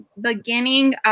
beginning